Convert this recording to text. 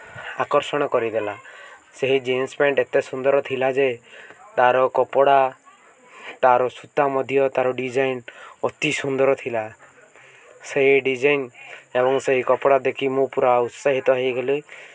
ଆକର୍ଷଣ କରିଦେଲା ସେହି ଜିନ୍ସ ପ୍ୟାଣ୍ଟ୍ ଏତେ ସୁନ୍ଦର ଥିଲା ଯେ ତା'ର କପଡ଼ା ତା'ର ସୂତା ମଧ୍ୟ ତା'ର ଡିଜାଇନ୍ ଅତି ସୁନ୍ଦର ଥିଲା ସେହି ଡିଜାଇନ୍ ଏବଂ ସେହି କପଡ଼ା ଦେଖି ମୁଁ ପୁରା ଉତ୍ସାହିତ ହୋଇଗଲି